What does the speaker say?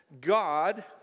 God